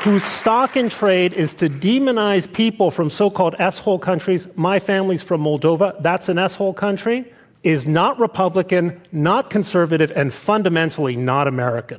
whose stock-in-trade is to demonize people from so-called s hole countries my family's from moldova, that's an s hole country, okay is not republican, not conservative, and fundamentally not american.